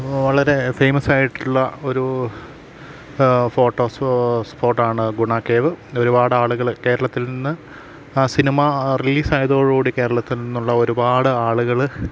വളരെ ഫേമസായിട്ടുള്ള ഒരു ഫോട്ടോസ് സ്പോട്ടാണ് ഗുണ കേവ് ഒരുപാട് ആളുകൾ കേരളത്തിൽ നിന്ന് ആ സിനിമ റിലീസ് ആയതോടു കൂടി കേരളത്തിൽ നിന്നുള്ള ഒരുപാട് ആളുകൾ